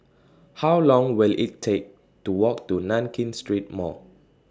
How Long Will IT Take to Walk to Nankin Street Mall